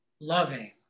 loving